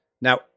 Now